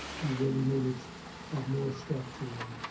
you really needed to have more structure, and